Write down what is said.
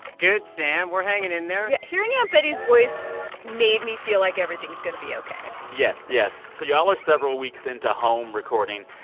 good, sam. we're hanging in there yeah, hearing aunt betty's voice made me feel like everything's going to be ok yes, yes. so y'all are several weeks into home recording.